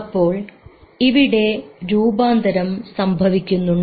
അപ്പോൾ ഇവിടെ രൂപാന്തരം സംഭവിക്കുന്നുണ്ട്